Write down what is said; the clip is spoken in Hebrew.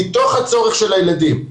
מתוך הצורך של הילדים.